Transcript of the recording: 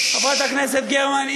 חברת הכנסת גרמן,